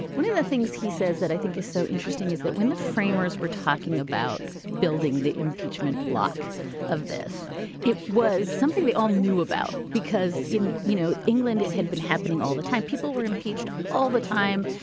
one of the things he says that i think is so interesting is that when the framers were talking about building the impeachment block of this it was something they all knew about because in you know england it had been happening all the time. people were impeached all the time.